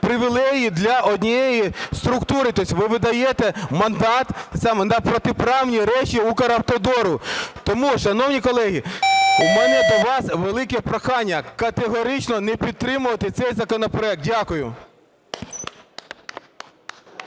привілеї для однієї структури, тобто ви видаєте мандат за протиправні речі Укравтодору. Тому, шановні колеги, у мене до вас велике прохання категорично не підтримувати цей законопроект. Дякую.